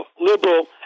liberal